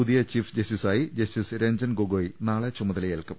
പുതിയ ചീഫ് ജസ്റ്റിസായി ജസ്റ്റിസ് രഞ്ജൻ ഗൊഗോയി നാളെ ചുമതലയേൽക്കും